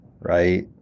right